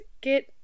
get